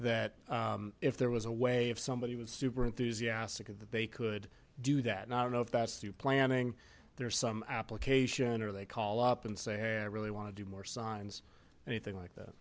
that if there was a way if somebody was super enthusiastic of that they could do that not know if that's you planning there's some application or they call up and say i really want to do more signs anything like that